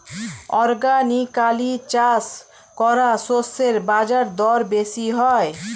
organically চাষ করা শস্যের বাজারদর বেশি হয়